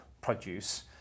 produce